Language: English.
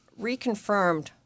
reconfirmed